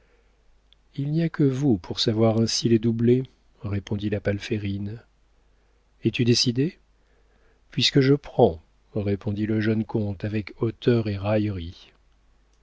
il n'y a que vous pour savoir ainsi les doubler répondit la palférine es-tu décidé puisque je prends répondit le jeune comte avec hauteur et raillerie